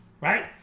Right